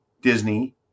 Disney